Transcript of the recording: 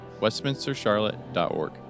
westminstercharlotte.org